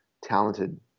talented